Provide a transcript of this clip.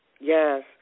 Yes